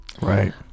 Right